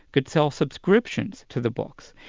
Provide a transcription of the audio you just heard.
could sell subscriptions to the books,